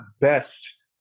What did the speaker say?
best